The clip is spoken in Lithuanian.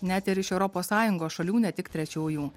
net ir iš europos sąjungos šalių ne tik trečiųjų